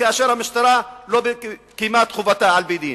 כאשר המשטרה לא קיימה את חובתה על-פי דין,